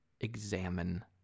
examine